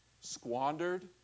Squandered